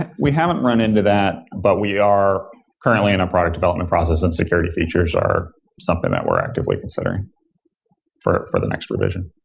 and we haven't run into that, but we are currently in our product development process, and security features are something that we're actively considering for for the next revision.